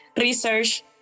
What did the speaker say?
research